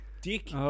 Dick